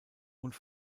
und